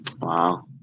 Wow